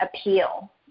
appeal